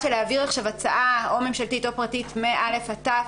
שלהעביר עכשיו הצעה או ממשלתית או פרטית מ-א' עד ת',